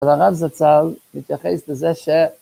אבל הרב זצל מתייחס לזה ש...